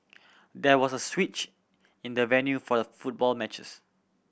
there was a switch in the venue for the football matches